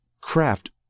craft